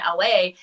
LA